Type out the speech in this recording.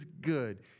good